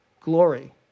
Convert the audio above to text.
glory